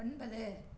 ஒன்பது